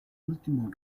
último